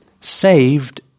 SAVED